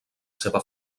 seva